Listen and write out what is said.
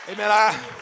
Amen